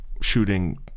shooting